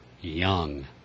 young